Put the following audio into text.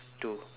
two